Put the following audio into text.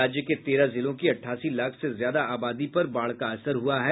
राज्य के तेरह जिलों की अठासी लाख से ज्यादा आबादी पर बाढ़ का असर हुआ है